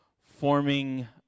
Forming